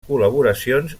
col·laboracions